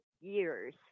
years